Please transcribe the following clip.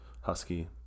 Husky